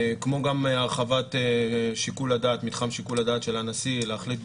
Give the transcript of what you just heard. כמו גם הרחבת מתחם שיקול הדעת של הנשיא להחליט.